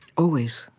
always,